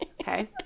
Okay